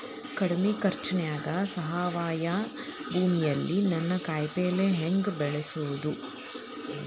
ಕಡಮಿ ಖರ್ಚನ್ಯಾಗ್ ಸಾವಯವ ಭೂಮಿಯಲ್ಲಿ ನಾನ್ ಕಾಯಿಪಲ್ಲೆ ಹೆಂಗ್ ಬೆಳಿಯೋದ್?